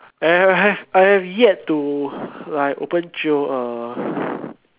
I have I have yet to like open jio uh